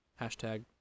Hashtag